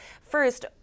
first